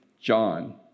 John